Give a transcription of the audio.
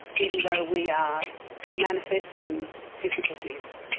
even though we are manifesting difficulties,